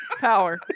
Power